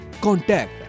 Contact